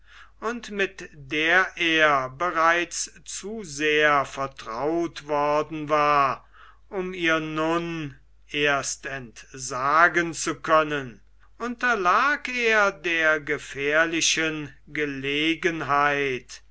und mit der er bereits zu sehr vertraut worden war um ihr nun erst entsagen zu können unterlag er der gefährlichen gelegenheit